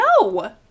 No